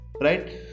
right